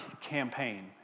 campaign